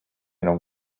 non